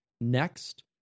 Next